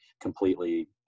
completely